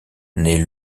naît